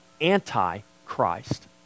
anti-Christ